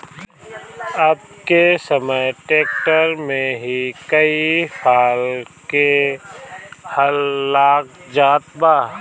अब के समय ट्रैक्टर में ही कई फाल क हल लाग जात बा